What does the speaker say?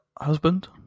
husband